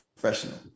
professional